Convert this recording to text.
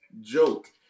joke